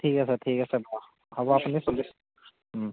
ঠিক আছে ঠিক আছে হ'ব আপুনি চল্লিছ